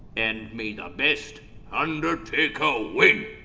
and may the best undertaker win.